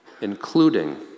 including